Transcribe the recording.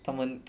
他们